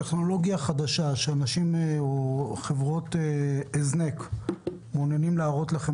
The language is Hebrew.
טכנולוגיה חדשה שחברות הזנק מעוניינות להראות לכם,